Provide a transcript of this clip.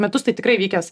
metus tai tikrai vykęs